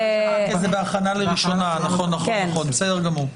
כן, כי זה בהכנה לראשונה, נכון, בסדר גמור.